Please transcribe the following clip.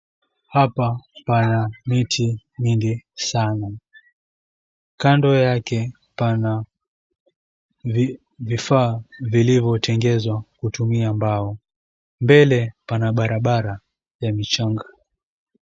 Hapa pana miti mingi sana, kando yake pana vifaa vilivyotengezwa kutumia mbao. Mbele pana barabara ya mchanga